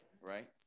right